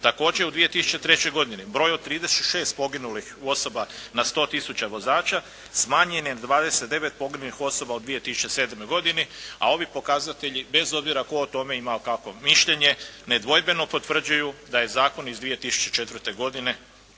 Također u 2003. godini broj od 36 poginulih osoba na 100 tisuća vozača smanjen je na 29 poginulih osoba u 2007. godini a ovi pokazatelji bez obzira tko o tome ima kakvo mišljenje nedvojbeno potvrđuju da je zakon iz 2004. godine